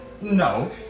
No